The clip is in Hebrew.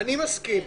אני מסכים.